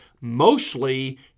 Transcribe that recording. Mostly